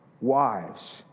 wives